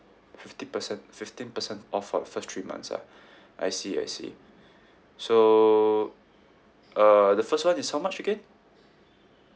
fifty percent fifteen percent off for the first three months ah I see I see so uh the first one is how much again